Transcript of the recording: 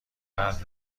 قلب